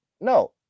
No